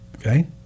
Okay